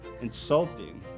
Insulting